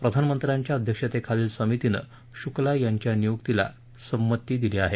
प्रधानमंत्र्यांच्या अध्यक्षेतेखालील समितीनं शुक्ला यांच्या नियुक्तीला संमती दिली आहे